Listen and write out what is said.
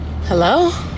hello